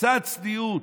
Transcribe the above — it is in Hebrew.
קצת צניעות,